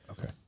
okay